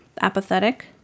apathetic